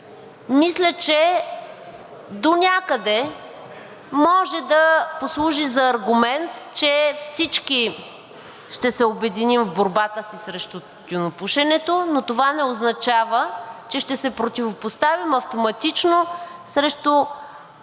мисля, че донякъде може да послужи за аргумент, че всички ще се обединим в борбата срещу тютюнопушенето, но това не означава, че ще се противопоставим автоматично срещу всеки